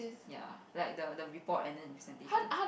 ya like the the report and then the presentation